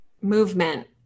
movement